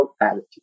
attitude